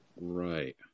Right